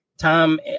time